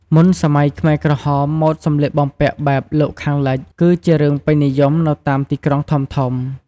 មុនសម័យខ្មែរក្រហម ម៉ូដសម្លៀកបំពាក់បែបលោកខាងលិច គឺជារឿងពេញនិយមនៅតាមទីក្រុងធំៗ។